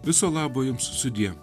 viso labo jums sudie